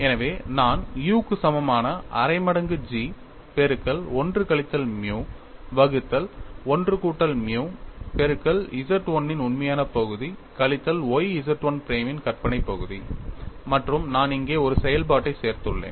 எனவே நான் u க்கு சமமான அரை மடங்கு G பெருக்கல் 1 கழித்தல் மியூ வகுத்தல் 1 கூட்டல் மியூ பெருக்கல் Z 1 இன் உண்மையான பகுதி கழித்தல் y Z 1 பிரைமின் கற்பனை பகுதி மற்றும் நான் இங்கே ஒரு செயல்பாட்டை சேர்த்துள்ளேன்